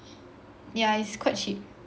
yeah it's quite cheap